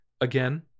Again